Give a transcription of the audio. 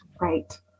Right